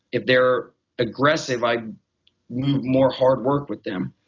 if they're aggressive i move more hard work with them.